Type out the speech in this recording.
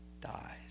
dies